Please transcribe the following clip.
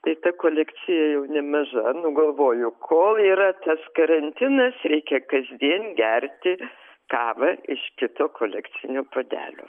tai ta kolekcija jau nemaža nu galvoju kol yra tas karantinas reikia kasdien gerti kavą iš kito kolekcinio puodelio